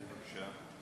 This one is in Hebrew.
בבקשה,